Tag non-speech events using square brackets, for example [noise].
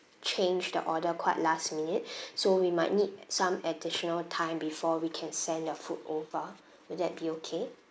changed the order quite last minute [breath] so we might need some additional time before we can send your food over will that be okay